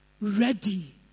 ready